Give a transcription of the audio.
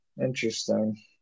interesting